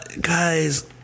guys